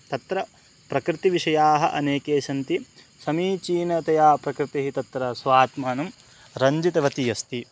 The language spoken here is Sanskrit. तत्र प्रकृतिविषयाः अनेके सन्ति समीचीनतया प्रकृतिः तत्र स्वात्मानं रञ्जितवती अस्ति